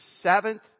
seventh